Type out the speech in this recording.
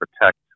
protect